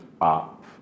up